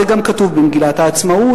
זה גם כתוב במגילת העצמאות,